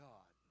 God